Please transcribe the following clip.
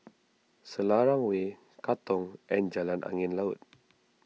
Selarang Way Katong and Jalan Angin Laut